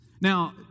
Now